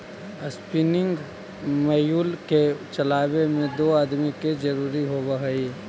spinning mule के चलावे में दो आदमी के जरुरी होवऽ हई